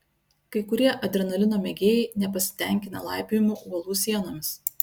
kai kurie adrenalino mėgėjai nepasitenkina laipiojimu uolų sienomis